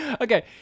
Okay